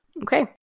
Okay